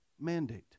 mandate